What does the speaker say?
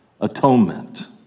atonement